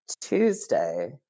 Tuesday